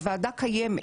הוועדה קיימת